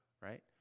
Right